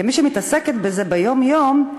כמי שמתעסקת בזה ביום-יום,